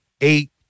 eight